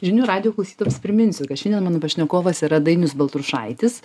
žinių radijo klausytojams priminsiu kad šiandien mano pašnekovas yra dainius baltrušaitis